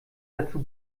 dazu